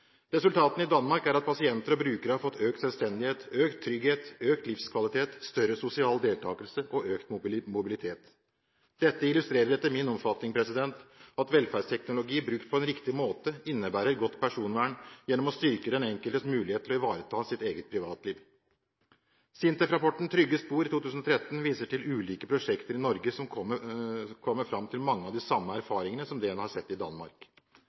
Resultatene i Danmark er at pasienter og brukere har fått en økt selvstendighet, økt trygghet, økt livskvalitet, større sosial deltakelse og økt mobilitet. Dette illustrerer etter min oppfatning at velferdsteknologi – brukt på riktig måte – innebærer godt personvern gjennom å styrke den enkeltes mulighet til å ivareta sitt eget privatliv. SINTEF-rapporten Trygge spor fra 2013 viser til ulike prosjekter i Norge som kommer fram til mange av de samme erfaringene som det en har sett i Danmark.